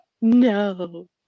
no